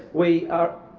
we are